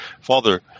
Father